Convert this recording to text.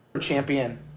Champion